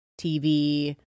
TV